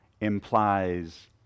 implies